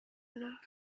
enough